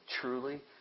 Truly